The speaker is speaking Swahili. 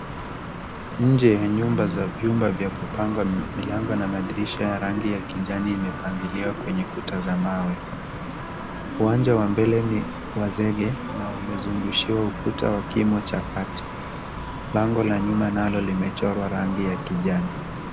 Nje ya nyumba za vyumba za kupangwa, milango na madirisha ya rangi ya kijani imepangiliwa kwenye kuta za mawe. Uwanja wa mbele ni wa zege na umezungushiwa ukuta wa kimo cha kati. Lango la nyuma nalo limechorwa rangi ya kijani.